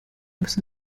müssen